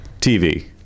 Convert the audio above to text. TV